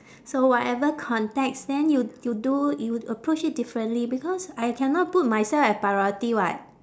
so whatever context then you you do you approach it differently because I cannot put myself as priority [what]